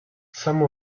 some